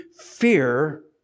fear